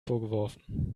vorgeworfen